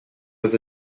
was